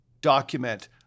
document